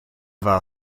war